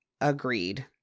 agreed